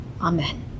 Amen